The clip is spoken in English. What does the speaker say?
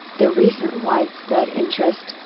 the recent widespread interest,